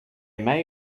may